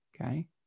okay